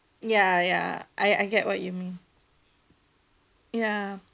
ya ya I I get what you mean ya